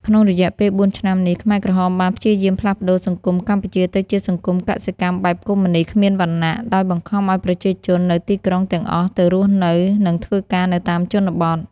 ក្នុងរយៈពេល ៤ ឆ្នាំនេះ ខ្មែរក្រហមបានព្យាយាមផ្លាស់ប្តូរសង្គមកម្ពុជាទៅជាសង្គមកសិកម្មបែបកុម្មុយនិស្តគ្មានវណ្ណៈ ដោយបង្ខំឱ្យប្រជាជននៅទីក្រុងទាំងអស់ទៅរស់នៅ និងធ្វើការនៅតាមជនបទ។